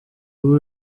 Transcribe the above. uwo